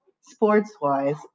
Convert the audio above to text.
sports-wise